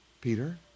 Peter